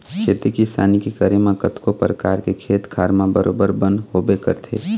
खेती किसानी के करे म कतको परकार के खेत खार म बरोबर बन होबे करथे